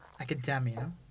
Academia